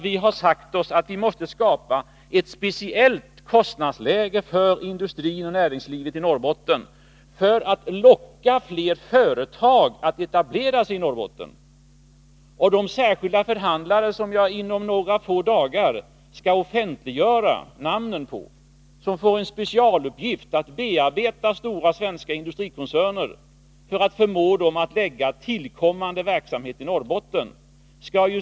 Vi har sagt oss att vi måste skapa ett speciellt kostnadsläge för industrin och näringslivet i Norrbotten för att locka fler företag att etablera sig där. De särskilda förhandlare som jag inom några få dagar skall offentliggöra namnen på får som speciell uppgift att bearbeta stora svenska industrikoncerner för att förmå dem att lägga tillkommande verksamhet i Norrbotten.